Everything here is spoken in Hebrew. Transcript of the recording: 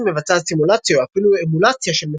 מבצעת סימולציה או אפילו אמולציה של מטפל.